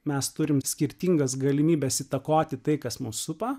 mes turim skirtingas galimybes įtakoti tai kas mus supa